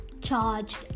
charged